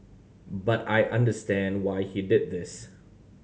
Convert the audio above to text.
but I understand why he did this